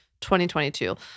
2022